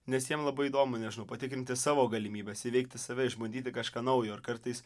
nes jiem labai įdomu nežinau patikrinti savo galimybes įveikti save išbandyti kažką naujo ir kartais